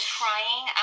trying